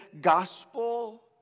gospel